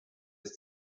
ist